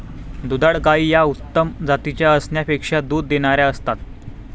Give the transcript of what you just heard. दुधाळ गायी या उत्तम जातीच्या असण्यापेक्षा दूध देणाऱ्या असतात